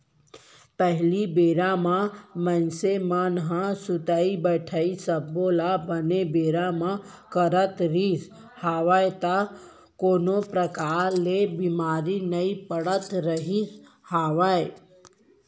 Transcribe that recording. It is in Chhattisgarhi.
पहिली बेरा म मनसे मन ह सुतई बइठई सब्बो ल बने बेरा म करत रिहिस हवय त कोनो परकार ले बीमार नइ पड़त रिहिस हवय